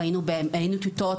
ראינו טיוטות,